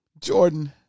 Jordan